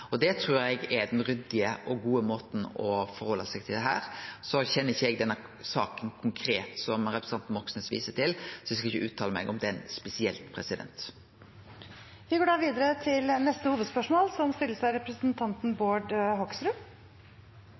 og arbeidsvilkår som er her. Det trur eg er den ryddige og gode måten å gjere dette på. Eg kjenner ikkje den konkrete saka som representanten Moxnes viser til, så eg skal ikkje uttale meg spesielt om den. Vi går videre til neste